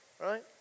right